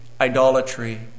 idolatry